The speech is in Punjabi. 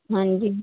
ਹਾਂਜੀ